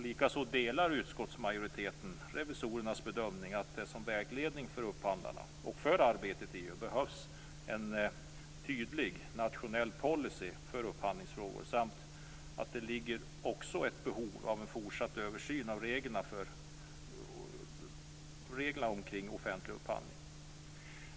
Likaså delar utskottsmajoriteten revisorernas bedömning att det som vägledning för upphandlarna och för arbetet i EU behövs en tydlig nationell policy för upphandlingsfrågor, samt att det också föreligger behov av en fortsatt översyn av reglerna för offentlig upphandling.